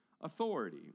authority